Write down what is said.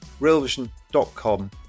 realvision.com